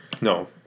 No